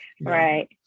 right